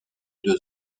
deux